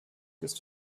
ist